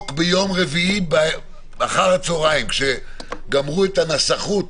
ביום רביעי אחר-הצוהריים, כשנסחות